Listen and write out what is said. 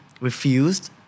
refused